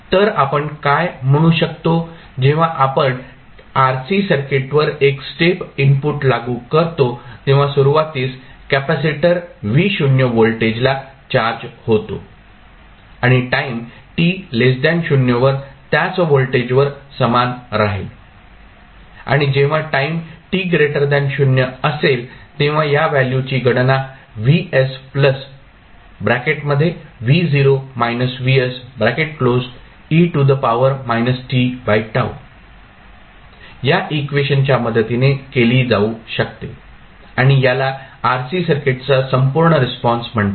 तर आपण काय म्हणू शकतो जेव्हा आपण RC सर्किटवर एक स्टेप इनपुट लागू करतो तेव्हा सुरुवातीस कॅपेसिटर Vo व्होल्टेजला चार्ज होतो आणि टाईम t 0 वर त्याच व्होल्टेजवर समान राहील आणि जेव्हा टाईम t 0 असेल तेव्हा या व्हॅल्यूची गणना या इक्वेशनच्या मदतीने केली जाऊ शकते आणि ह्याला RC सर्किटचा संपूर्ण रिस्पॉन्स म्हणतात